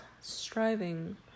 striving